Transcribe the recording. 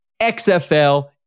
XFL